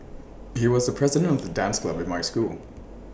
he was the president of the dance club in my school